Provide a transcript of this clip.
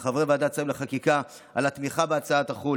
לחברי ועדת שרים לחקיקה על התמיכה בהצעת החוק,